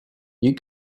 you